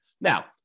Now